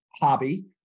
hobby